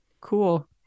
cool